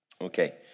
Okay